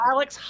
Alex